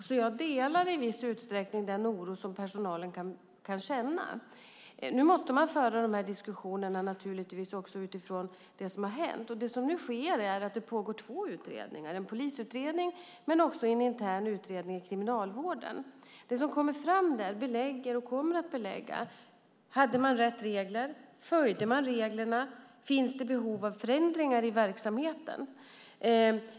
Jag delar därför i viss utsträckning den oro som personalen kan känna. Nu måste man naturligtvis föra dessa diskussioner utifrån det som har hänt. Det som nu sker är att det pågår två utredningar, en polisutredning och en intern utredning inom Kriminalvården. Det som kommer fram där kommer att belägga om man hade rätt regler, om man följde reglerna och om det finns behov av förändringar i verksamheten.